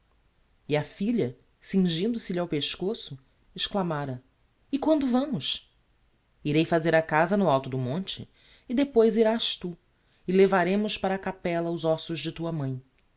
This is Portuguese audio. e a filha cingindo se lhe ao pescoço exclamára e quando vamos irei fazer a casa no alto do monte e depois irás tu e levaremos para a capella os ossos de tua mãi